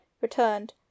returned